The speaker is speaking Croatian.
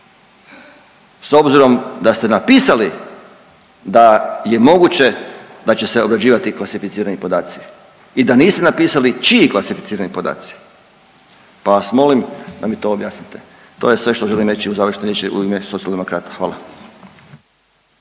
S obzirom da ste napisali da je moguće da će se obrađivati i klasificirani podaci i da niste napisali čiji klasificirani podaci pa vas molim da mi to objasnite. To je sve što želim reći u završnoj riječi u ime Socijaldemokrata. Hvala.